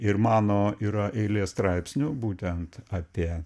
ir mano yra eilė straipsnių būtent apie